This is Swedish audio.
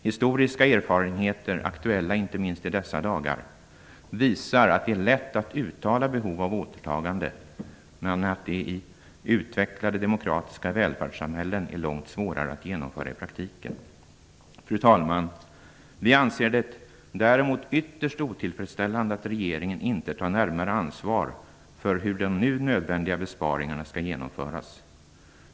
Historiska erfarenheter - aktuella inte minst i dessa dagar - visar att det är lätt att uttala behov av återtagande, men att det i utvecklade demokratiska välfärdssamhällen är långt svårare att genomföra detta i praktiken. Fru talman! Vi anser det däremot ytterst otillfredsställande att regeringen inte tar närmare ansvar för hur de nu nödvändiga besparingarna skall genomföras.